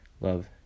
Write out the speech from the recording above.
Love